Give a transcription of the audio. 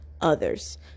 others